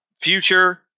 Future